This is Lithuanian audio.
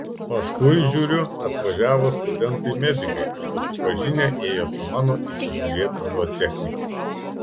paskui žiūriu atvažiavo studentai medikai ir susipažinę ėjo su mano įsižiūrėta zootechnike